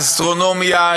אסטרונומיה,